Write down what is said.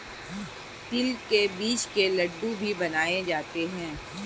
तिल के बीज के लड्डू भी बनाए जाते हैं